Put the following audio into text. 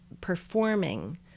performing